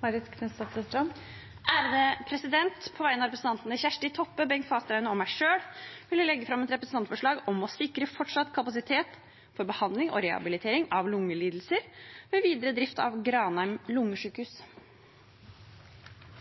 På vegne av stortingsrepresentantene Kjersti Toppe, Bengt Fasteraune og meg selv vil jeg legge fram et representantforslag om å sikre fortsatt kapasitet for behandling og rehabilitering av lungelidelser ved videre drift av Granheim lungesykehus.